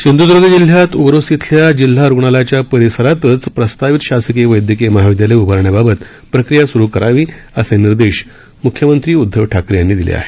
सिंधूदर्ग जिल्ह्यात ओरोस इथल्या जिल्हा रुग्णालयाच्या परिसरातच प्रस्तावित शासकीय वैदयकीय महाविदयालय उभारण्याबाबत प्रक्रिया सुरू करावी असे निर्देश मुख्यमंत्री उदधव ठाकरे यांनी दिले आहेत